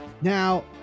Now